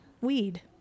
weed